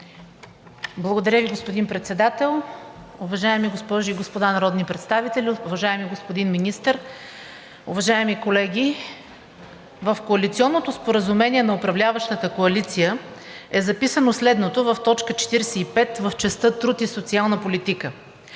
Благодаря Ви, господин Председател. Уважаеми госпожи и господа народни представители, уважаеми господин Министър, уважаеми колеги! В Коалиционното споразумение на управляващата коалиция е записано следното в т. 45, в частта „Труд и социална политика“: